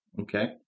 Okay